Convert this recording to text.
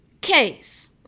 case